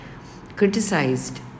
criticized